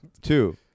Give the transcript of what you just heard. two